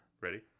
Ready